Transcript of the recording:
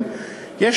ומדינות אחרות.